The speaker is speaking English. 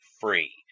free